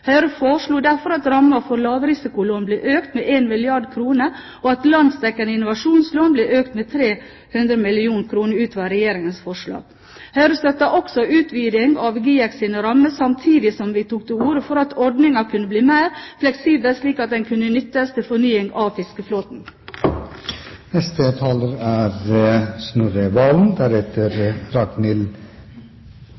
Høyre foreslo derfor at rammen for lavrisikolån ble økt med 1 milliard kr, og at landsdekkende innovasjonslån ble økt med 300 mill. kr utover Regjeringens forslag. Høyre støttet også utviding av GIEKs rammer, samtidig som vi tok til orde for at ordningen kunne bli mer fleksibel, slik at den kunne nyttes til fornying av fiskeflåten. Det er